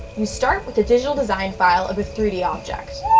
you start with a digital design file of a three d object.